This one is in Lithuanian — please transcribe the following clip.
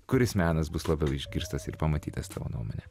kuris menas bus labiau išgirstas ir pamatytas tavo nuomone